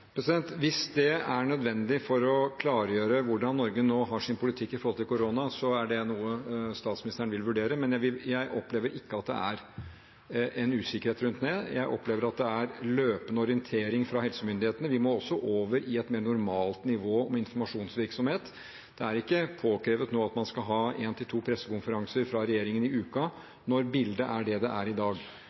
Hvis det er nødvendig for å klargjøre Norges politikk når det gjelder korona, er det noe statsministeren vil vurdere, men jeg opplever ikke at det er en usikkerhet rundt det. Jeg opplever at det er løpende orientering fra helsemyndighetene. Vi må også over i et mer normalt nivå på informasjonsvirksomheten. Det er ikke påkrevet at regjeringen skal ha én til to pressekonferanser i uken når bildet er som det er i dag.